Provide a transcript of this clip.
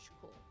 Cool